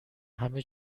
همه